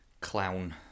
clown